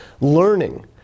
Learning